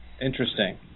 Interesting